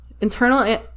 Internal